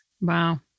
Wow